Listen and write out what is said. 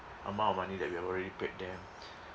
amount of money that we already paid them